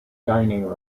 dining